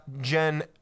Gen